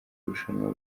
irushanwa